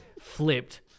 flipped